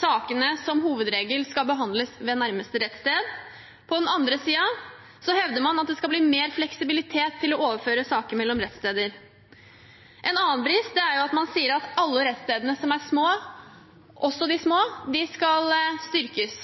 sakene som hovedregel skal behandles ved nærmeste rettssted. På den andre siden hevder man at det skal bli mer fleksibilitet til å overføre saker mellom rettssteder. En annen brist er at man sier at også de små rettsstedene skal styrkes,